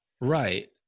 Right